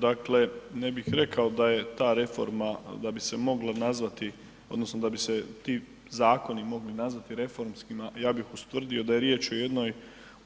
Dakle, ne bih rekao da je ta reforma, da bi se mogla nazvati odnosno da bi se ti zakoni mogli nazvati reformskima, ja bih ustvrdio da je riječ o jednoj